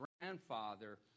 grandfather